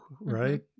right